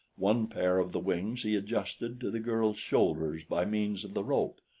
one pair of the wings he adjusted to the girl's shoulders by means of the rope.